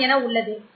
47 என உள்ளது